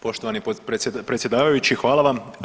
Poštovani predsjedavajući hvala vam.